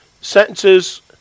sentences